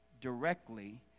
directly